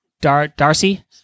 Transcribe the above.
Darcy